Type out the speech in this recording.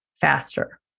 faster